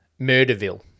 Murderville